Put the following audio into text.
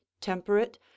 temperate